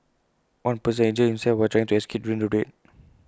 one person had injured himself while trying to escape during the raid